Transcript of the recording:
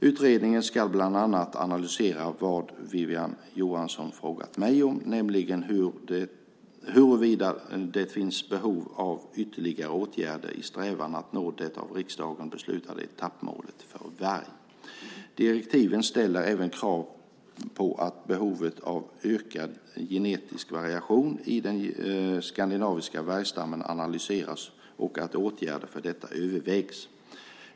Utredaren ska bland annat analysera vad Wiwi-Anne Johansson frågat mig om, nämligen huruvida det finns behov av ytterligare åtgärder i strävan att nå det av riksdagen beslutade etappmålet för varg. Direktiven ställer även krav på att behovet av ökad genetisk variation i den skandinaviska vargstammen analyseras och att åtgärder för detta övervägs.